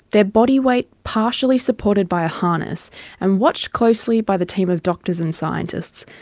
their body weight partially supported by a harness and watched closely by the team of doctors and scientists,